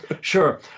sure